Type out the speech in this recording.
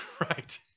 right